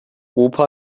opa